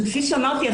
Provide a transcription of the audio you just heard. שכפי שאמרתי,